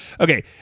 Okay